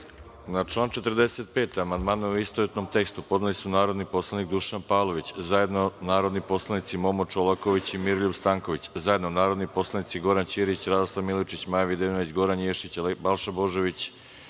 član 45. amandmane u istovetnom tekstu podneli su narodni poslanik Dušan Pavlović, zajedno narodni poslanici Momo Čolaković i Miroljub Stanković, zajedno narodni poslanici Goran Ćirić, Radoslav Milojičić, Maja Videnović, Goran Ješić, Balša Božović,